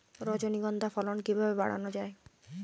রজনীগন্ধা ফলন কিভাবে বাড়ানো যায়?